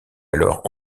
alors